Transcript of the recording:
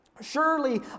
Surely